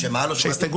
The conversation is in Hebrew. לא שמעתי.